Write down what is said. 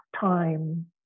time